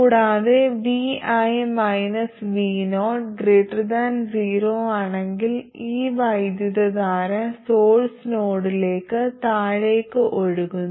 കൂടാതെ vi vo 0 ആണെങ്കിൽ ഈ വൈദ്യുതധാര സോഴ്സ് നോഡിലേക്ക് താഴേക്ക് ഒഴുകുന്നു